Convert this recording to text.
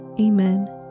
Amen